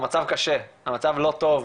המצב קשה המצב לא טוב,